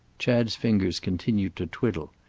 chad's fingers continued to twiddle,